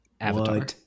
Avatar